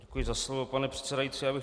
Děkuji za slovo, pane předsedající.